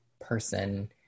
person